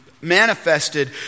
manifested